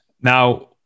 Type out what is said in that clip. Now